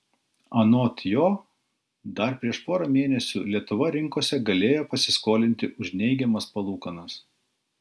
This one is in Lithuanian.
anot jo dar prieš porą mėnesių lietuva rinkose galėjo pasiskolinti už neigiamas palūkanas